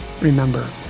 remember